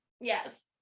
Yes